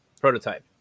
Prototype